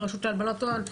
הרשות להלבנת הון,